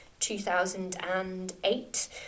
2008